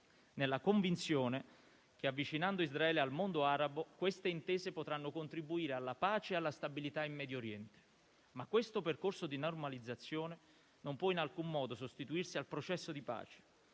nella convinzione che, avvicinando Israele al mondo arabo, queste intese potranno contribuire alla pace e alla stabilità in Medio Oriente. Ma questo percorso di normalizzazione non può in alcun modo sostituirsi al processo di pace.